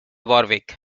warwick